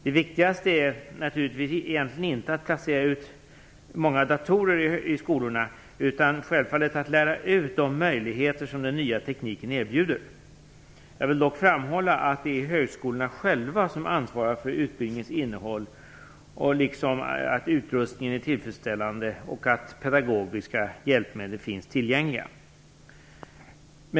Det viktigaste är naturligtvis egentligen inte att placera ut många datorer i skolorna, utan självfallet att lära ut de möjligheter som den nya tekniken erbjuder. Jag vill dock framhålla att det är högskolorna själva som ansvarar för utbildningens innehåll, liksom för att utrustningen är tillfredsställande och att pedagogiska hjälpmedel finns tillgängliga.